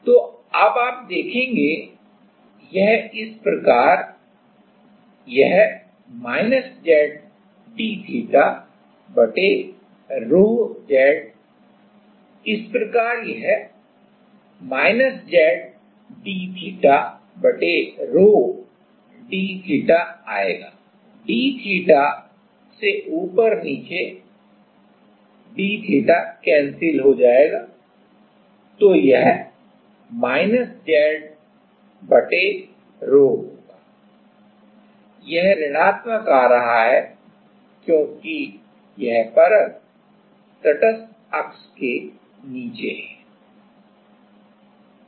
तो अब आप देखेंगे यह इस प्रकार यह Z d theta ρ d theta आएगा तो यह Z ρ होगा यह ऋणात्मक आ रहा है क्योंकि यह परत तटस्थ अक्ष के नीचे है